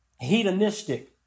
hedonistic